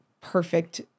perfect